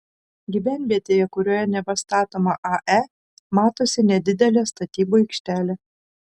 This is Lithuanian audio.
gyvenvietėje kurioje neva statoma ae matosi nedidelė statybų aikštelė